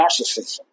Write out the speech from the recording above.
narcissism